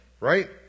right